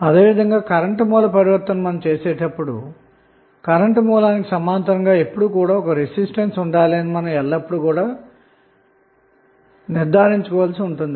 అదే విధంగా current source transformation చేసేటప్పుడు కరెంటు సోర్స్ కి సమాంతరంగా ఎప్పుడు ఒక రెసిస్టెన్స్ ఉండాలని గుర్తుంచుకోండి